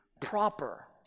proper